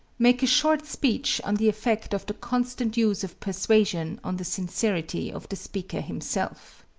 make a short speech on the effect of the constant use of persuasion on the sincerity of the speaker himself.